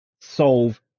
solve